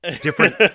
Different